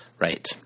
Right